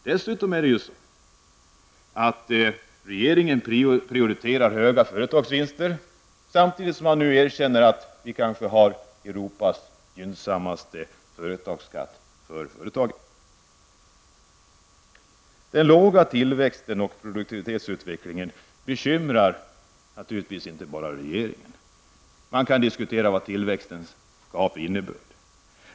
Dessutom prioriterar regeringen höga företagsvinster, samtidigt som den erkänner att vi kanske har Europas gynnsammaste skatt för företagen. Den låga tillväxten och produktivitetsutvecklingen bekymrar naturligtvis inte bara regeringen. Man kan diskutera vad tillväxten skall ha för innebörd.